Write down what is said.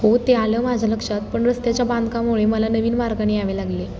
हो ते आलं माझ्या लक्षात पण रस्त्याच्या बांधकामामुळे मला नवीन मार्गाने यावे लागले